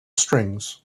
strings